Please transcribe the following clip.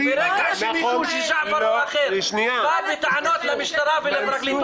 וברגע שמישהו --- בא בטענות למשטרה ולפרקליטות